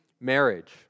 marriage